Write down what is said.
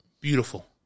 Beautiful